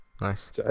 nice